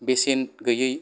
बेसेन गोयै